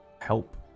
help